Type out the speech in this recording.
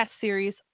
series